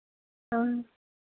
हाँ